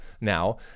now